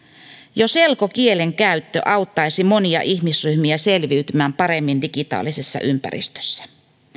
jo selkokielen käyttö auttaisi monia ihmisryhmiä selviytymään paremmin digitaalisessa ympäristössä